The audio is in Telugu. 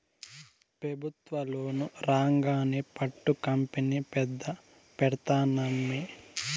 పెబుత్వ లోను రాంగానే పట్టు కంపెనీ పెద్ద పెడ్తానమ్మీ